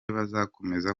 bazakomeza